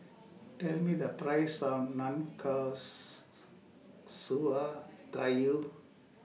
Tell Me The Price of Gayu